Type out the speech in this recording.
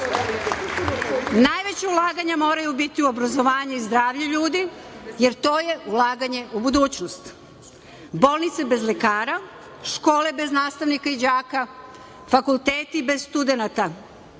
zdravi. Najveća ulaganja moraju biti u obrazovanje i zdravlje ljudi, jer to je ulaganje u budućnost. Bolnice bez lekara, škole bez nastavnika i đaka, fakulteti bez studenata,